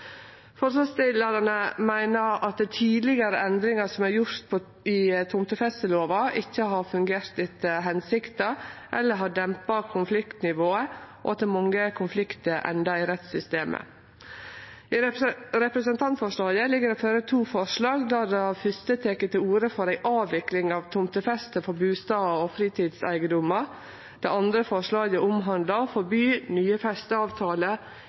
Forslagsstillarane meiner at tidlegare endringar som er gjorde i tomtefestelova ikkje har fungert etter hensikta eller dempa konfliktnivået, og at mange konfliktar endar i rettssystemet. I representantforslaget ligg det føre to forslag, der det første tek til orde for ei avvikling av tomtefeste for bustad- og fritidseigedommar. Det andre forslaget omhandlar å forby nye